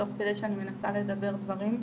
תוך כדי שאני מנסה לדבר דברים,